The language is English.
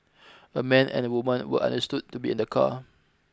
a man and a woman were understood to be in the car